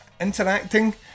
interacting